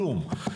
כלום,